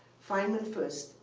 feynman first,